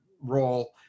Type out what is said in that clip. role